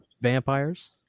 vampires